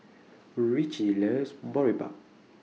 Ricci loves Boribap